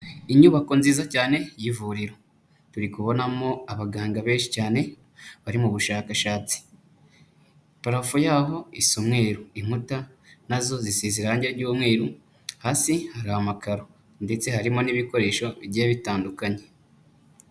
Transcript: Inyubako nziza cyane y'ivuriro. Turi kubonamo abaganga benshi cyane bari mu bushakashatsi. Parafo yaho isa umweru, inkuta na zo zisize irangi ry'umweru, hasi hari amakaro ndetse harimo n'ibikoresho bigiye bitandukanye.